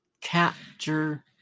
capture